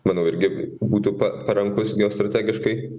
manau irgi būtų parankus strategiškai